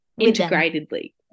integratedly